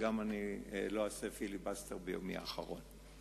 ואני גם לא אעשה פיליבסטר ביומי האחרון.